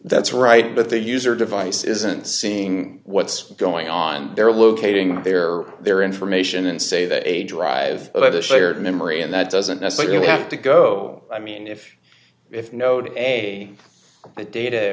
that's right but the user device isn't seeing what's going on there locating their their information and say that a drive letter shared memory and that doesn't necessarily have to go i mean if if node a the data